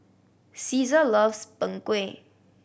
Ceasar loves Png Kueh